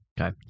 okay